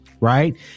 right